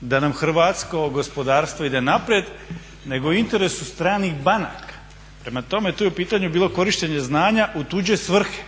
da nam hrvatsko gospodarstvo ide naprijed, nego u interesu stranih banaka. Prema tome, to je u pitanju bilo korištenje znanja u tuđe svrhe.